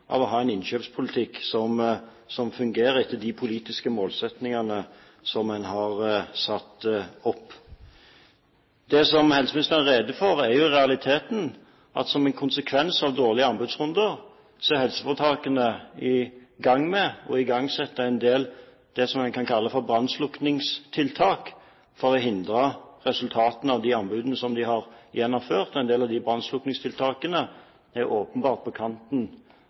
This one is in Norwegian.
en innkjøpspolitikk som fungerer etter de politiske målsettingene som vi har satt opp. Det helseministeren i realiteten gjorde rede for, er at som en konsekvens av dårlige anbudsrunder er helseforetakene i gang med å igangsette en del brannslukningstiltak for å hindre resultatene av de anbudene som de har gjennomført. En del av de brannslukningstiltakene er åpenbart på kanten,